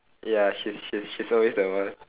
ya she's she's she's always the one